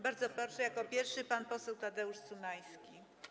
Bardzo proszę, jako pierwszy pan poseł Tadeusz Cymański.